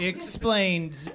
Explains